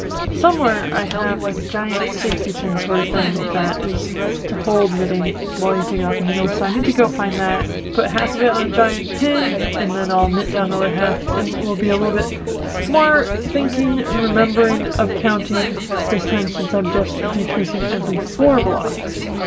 somewhere i have, like a giant safety pin sort of thing that is to hold knitting while you take off the needle so i need to go find that put half of it on a giant pin and then i'll knit down the other half it will be a little bit more thinking and remembering of counting this time since i'm just decreasing every four blocks